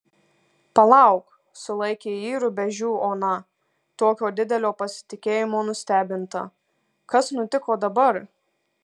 palauk sulaikė jį rubežių ona tokio didelio pasitikėjimo nustebinta kas nutiko dabar